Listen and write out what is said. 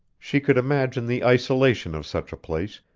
she could imagine the isolation of such a place,